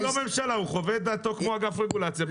הוא חווה את דעתו כמו אגף רגולציה.